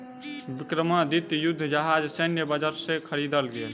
विक्रमादित्य युद्ध जहाज सैन्य बजट से ख़रीदल गेल